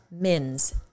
MINS